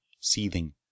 seething